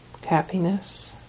happiness